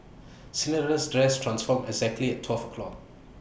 Cinderella's dress transformed exactly at twelve o' clock